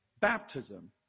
baptism